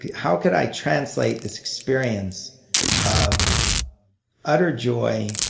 how could i translate this experience of utter joy,